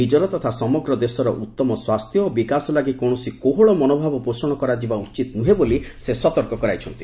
ନିଜର ତଥା ସମଗ୍ର ଦେଶର ଉତ୍ତମ ସ୍ୱାସ୍ଥ୍ୟ ଓ ବିକାଶ ଲାଗି କୌଣସି କୋହଳ ମନୋଭାବ ପୋଷଣ କରାଯିବା ଉଚିତ ନୁହେଁ ବୋଲି ସେ ସତର୍କ କରାଇଛନ୍ତି